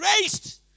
raised